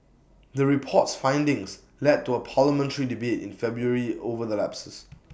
the report's findings led to A parliamentary debate in February over the lapses